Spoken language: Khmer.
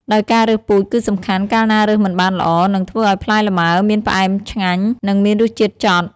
ដោយការរើសពូជគឺសំខាន់ កាលណារើសមិនបានល្អ នឹងធ្វើឱ្យផ្លែល្ម៉ើ មានផ្អែមឆ្ងាញ់ និងមានរសជាតិចត់។